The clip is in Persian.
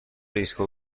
ایستگاه